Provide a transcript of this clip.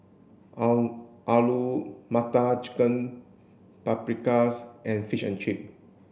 all Alu Matar Chicken Paprikas and Fish and Chips